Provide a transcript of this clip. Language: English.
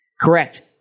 Correct